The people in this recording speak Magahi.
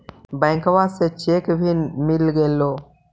बैंकवा से चेक भी मिलगेलो?